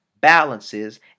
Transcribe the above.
balances